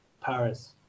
Paris